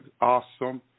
awesome